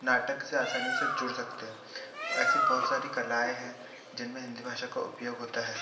नाटक से आसानी से जुड़ सकते हैं ऐसी बहुत सारी कलाएँ हैं जिनमे हिन्दी भाषा का उपयोग होता है